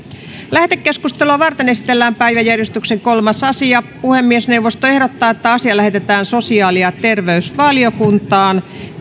lähetekeskustelua varten esitellään päiväjärjestyksen kolmas asia puhemiesneuvosto ehdottaa että asia lähetetään sosiaali ja terveysvaliokuntaan